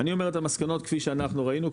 אני אומר את המסקנות כפי שאנחנו ראינו,